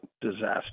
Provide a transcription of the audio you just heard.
disaster